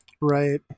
Right